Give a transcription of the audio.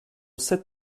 sept